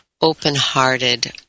Open-Hearted